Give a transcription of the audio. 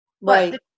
Right